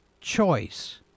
choice